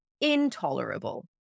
intolerable